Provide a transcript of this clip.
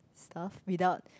stuff without